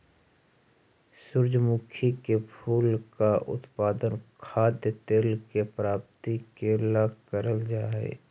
सूर्यमुखी के फूल का उत्पादन खाद्य तेल के प्राप्ति के ला करल जा हई